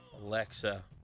Alexa